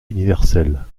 universel